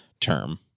term